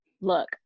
look